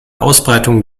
ausbreitung